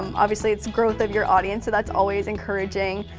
um obviously it's growth of your audience, so that's always encouraging,